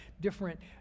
different